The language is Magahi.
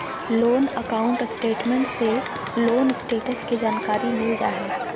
लोन अकाउंट स्टेटमेंट से लोन स्टेटस के जानकारी मिल जा हय